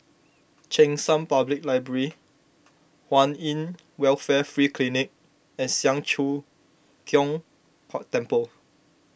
Cheng San Public Library Kwan in Welfare Free Clinic and Siang Cho Keong Temple